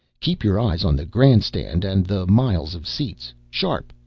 keep your eyes on the grand stand and the miles of seats sharp!